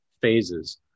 phases